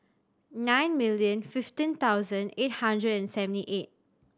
nine million fifteen thousand eight hundred and seventy eight